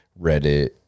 Reddit